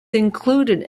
included